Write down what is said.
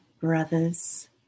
brothers